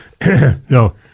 No